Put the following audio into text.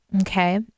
Okay